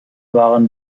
waren